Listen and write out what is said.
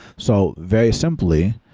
so very simply,